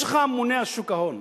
יש לך ממונה על שוק ההון,